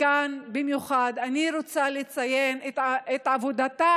כאן במיוחד אני רוצה לציין את עבודתה